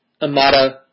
amata